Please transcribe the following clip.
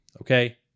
okay